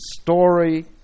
story